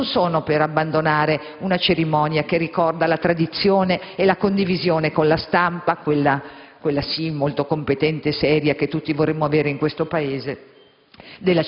non sono per abbandonare una cerimonia che ricorda la tradizione e la condivisione con la stampa, quella sì, molto competente e seria, che tutti vorremmo avere in questo Paese.